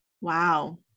Wow